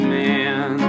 man